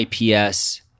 IPS